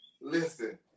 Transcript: Listen